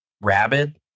rabid